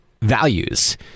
values